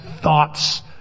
thoughts